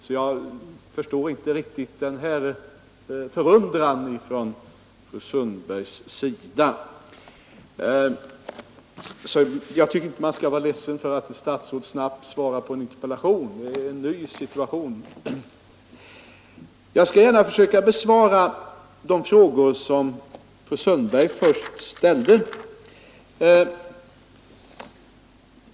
Därför förstår jag inte riktigt fru Sundbergs förundran. Jag tycker inte det finns anledning att vara ledsen för att ett statsråd snabbt svarar på en interpellation. Jag skall gärna försöka besvara de frågor som fru Sundberg här ställde.